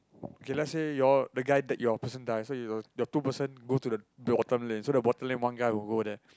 okay let say you all the guy that your person die so you your two person go to the the bottom lane so the bottom lane one guy who go there